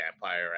vampire